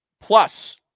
Plus